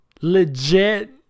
legit